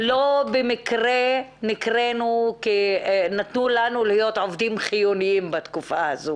לא במקרה קוראים לנו "עובדים חיוניים" בתקופה הזו.